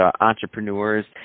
entrepreneurs